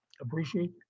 appreciate